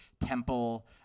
temple